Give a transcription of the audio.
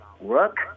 work